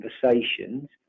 conversations